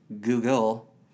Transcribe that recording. Google